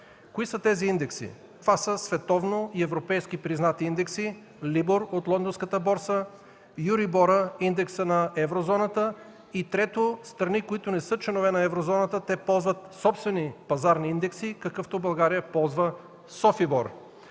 Кои са тези индекси? Това са световно и европейски признати индекси: LIBOR от Лондонската борса, EURIBOR – индексът на Еврозоната, и трето, страни, които не са членове на Еврозоната, ползват собствени пазарни индекси, какъвто ползва България